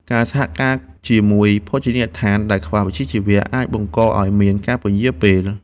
ការសហការជាមួយភោជនីយដ្ឋានដែលខ្វះវិជ្ជាជីវៈ អាចបង្កឱ្យមានការពន្យារពេល។